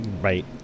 Right